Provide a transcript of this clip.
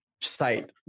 site